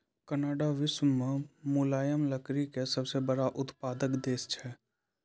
Canada विश्व मॅ मुलायम लकड़ी के सबसॅ बड़ो उत्पादक देश छै